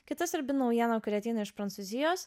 kita svarbi naujiena kuri ateina iš prancūzijos